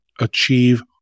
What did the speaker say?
achieve